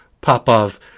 Popov